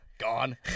gone